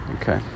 Okay